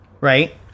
Right